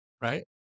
right